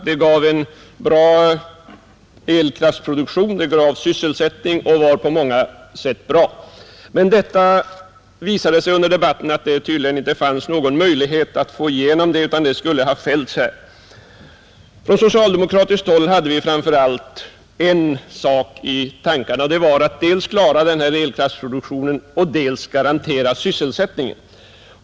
Det gav en bra elkraftsproduktion, det gav sysselsättning och var på många sätt bra, Men det visade sig under debatten att det tydligen inte fanns någon möjlighet att få igenom det utan det skulle ha fällts här. På socialdemokratiskt håll hade vi framför allt en sak i tankarna, och det var att dels klara denna elkraftsproduktion, dels garantera sysselsättningen.